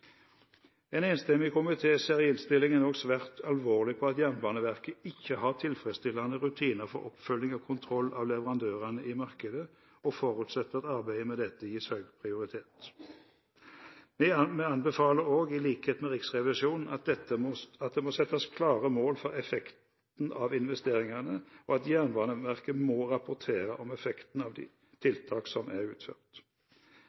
En enstemmig komité ser i innstillingen også svært alvorlig på at Jernbaneverket ikke har tilfredsstillende rutiner for oppfølging og kontroll av leverandørene i markedet og forutsetter at arbeidet med dette gis høy prioritet. Vi anbefaler også, i likhet med Riksrevisjonen, at det må settes klare mål for effekten av investeringene, og at Jernbaneverket må rapportere om effekten av de